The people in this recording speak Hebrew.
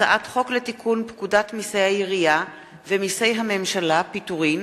הצעת חוק לתיקון פקודת מסי העירייה ומסי הממשלה (פטורין)